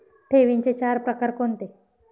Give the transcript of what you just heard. ठेवींचे चार प्रकार कोणते?